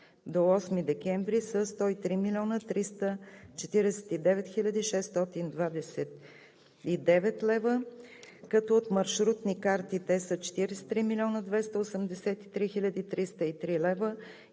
до 8 декември са 103 млн. 349 хил. 629 лв., като от маршрутни карти те са 43 млн. 283 хил.